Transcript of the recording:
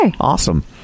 Awesome